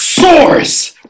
Source